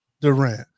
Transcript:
Durant